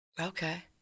Okay